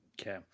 Okay